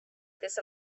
this